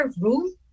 room